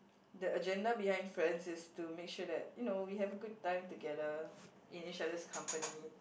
the agenda behind friends is to make sure that you know we have a good time together in each other's company